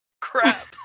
crap